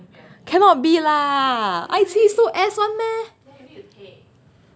cannot be lah I see so as one meh